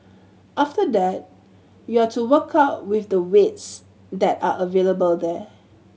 after that you're to work out with the weights that are available there